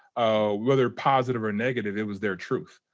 whether positive or negative, it was their truth.